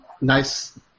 nice